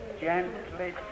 gently